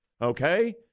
Okay